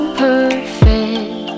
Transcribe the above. perfect